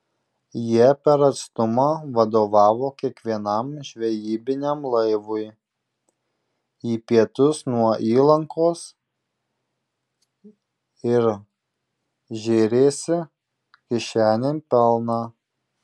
jie per atstumą vadovavo kiekvienam žvejybiniam laivui į pietus nuo įlankos ir žėrėsi kišenėn pelną